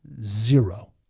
Zero